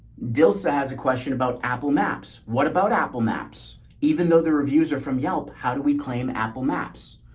deal so has a question about apple maps. what about apple maps? even though the reviews are from yelp, how do we claim apple maps?